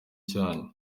cyanyu